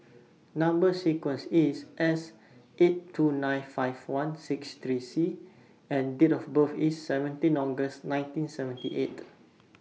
Number sequence IS S eight two nine five one six three C and Date of birth IS seventeen August nineteen seventy eight